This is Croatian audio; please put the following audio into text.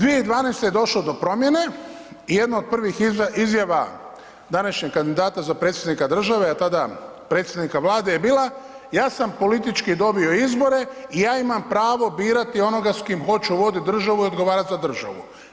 2012. je došlo do promjene i jedna od prvih izjava današnjeg kandidata za predsjednika države, a tada predsjednika vlade je bila ja sam politički dobio izbore i ja imam pravo birati onoga s kim hoću voditi državu i odgovara za državu.